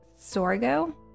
Sorgo